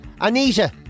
Anita